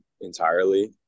entirely